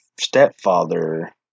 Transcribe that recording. stepfather